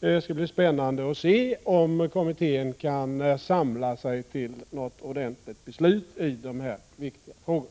Det skall bli spännande att se om kommittén kan samla sig till något ordentligt beslut i dessa viktiga frågor.